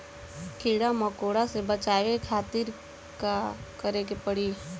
कीड़ा मकोड़ा से बचावे खातिर का करे के पड़ी?